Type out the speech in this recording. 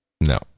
No